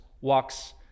walks